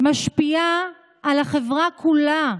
משפיעות על החברה כולה.